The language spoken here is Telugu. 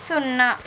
సున్నా